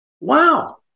Wow